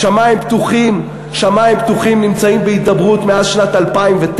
"שמים פתוחים" נמצא בהידברות מאז שנת 2009,